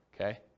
okay